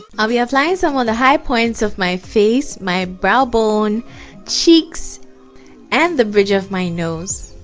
i'll be applying some of the high points of my face my brow bone cheeks and the bridge of my nose